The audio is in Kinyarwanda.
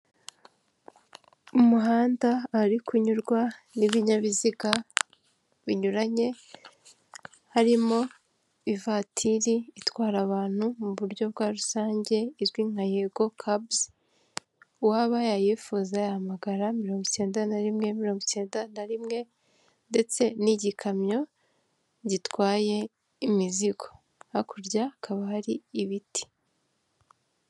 Umuhanda ari kunyurwa n'ibinyabiziga binyuranye harimo ivatiri itwara abantu mu buryo bwa rusange izwi nka yego cabs, uwaba yayifuza yamagara mirongo icyenda na rimwe mi mirongo cyenda na rimwe ndetse n'igikamyo gitwaye imizigo hakuryakaba hari ibiti.